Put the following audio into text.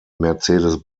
mercedes